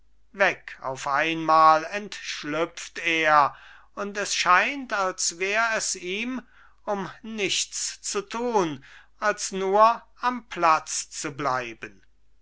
weg auf einmal entschlüpft er und es scheint als wär es ihm um nichts zu tun als nur am platz zu bleiben